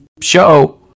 show